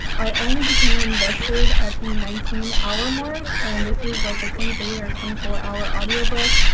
i only became invested at the nineteen hour mark and this is like a twenty three or twenty four hour audiobook,